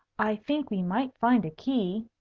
i think we might find a key,